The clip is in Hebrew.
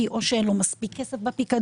כי או שאין לו מספיק כסף בפיקדון.